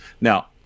Now